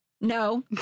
No